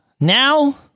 Now